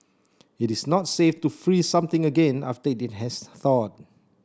it is not safe to freeze something again after it has thawed